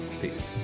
Peace